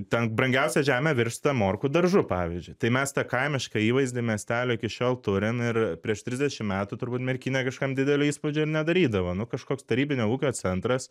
ten brangiausia žemė virsta morkų daržu pavyzdžiui tai mes tą kaimišką įvaizdį miestelio iki šiol turim ir prieš trisdešimt metų turbūt merkinė kažkam didelio įspūdžio ir nedarydavo nu kažkoks tarybinio ūkio centras